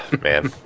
Man